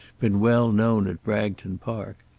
been well known at bragton park.